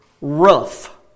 rough